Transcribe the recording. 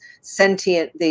sentient